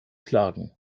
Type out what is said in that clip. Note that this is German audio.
klagen